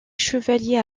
chevaliers